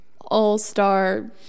all-star